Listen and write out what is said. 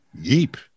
Yeep